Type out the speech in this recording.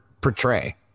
portray